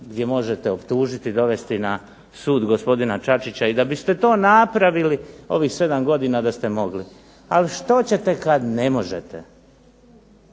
gdje možete optužiti i dovesti na sud gospodina Čačića i da biste to napravili u ovih 7 godina da ste mogli. Ali što ćete kad ne možete.